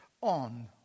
on